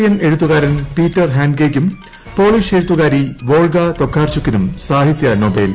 Austrian എഴുത്തുകാരൻ Peter ഹന്റ്കേയ്ക്കും Polish എഴുത്തുകാരി വോൾഗ തൊക്കാർച്ചുക്കിനും സാഹിത്യ നൊബേൽ